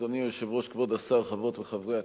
אדוני היושב-ראש, כבוד השר, חברות וחברי הכנסת,